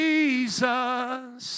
Jesus